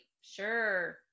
Sure